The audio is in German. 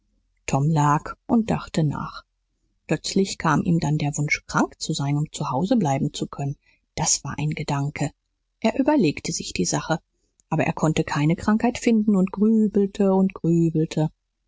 tom lag und dachte nach plötzlich kam ihm dann der wunsch krank zu sein um zu hause bleiben zu können das war ein gedanke er überlegte sich die sache aber er konnte keine krankheit finden und grübelte und grübelte